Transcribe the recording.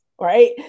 Right